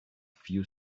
few